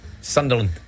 Sunderland